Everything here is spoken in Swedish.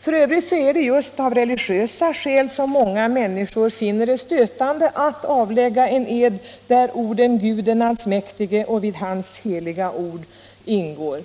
För övrigt är det just av religiösa skäl som många människor finner det stötande att avlägga en ed där orden ”Gud den allsmäktige” och ”vid Hans heliga ord” ingår.